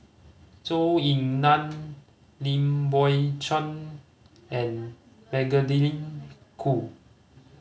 Zhou Ying Nan Lim Biow Chuan and Magdalene Khoo